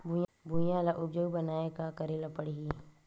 भुइयां ल उपजाऊ बनाये का करे ल पड़ही?